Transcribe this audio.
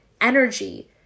energy